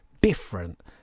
different